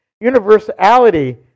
universality